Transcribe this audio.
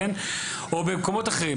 או במקומות אחרים.